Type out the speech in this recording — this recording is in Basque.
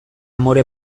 amore